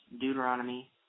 deuteronomy